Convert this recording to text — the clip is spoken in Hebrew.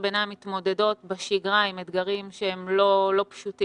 הביניים מתמודדות בשגרה עם אתגרים שהם לא פשוטים